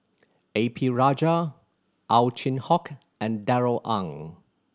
A P Rajah Ow Chin Hock and Darrell Ang